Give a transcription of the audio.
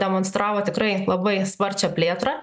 demonstravo tikrai labai sparčią plėtrą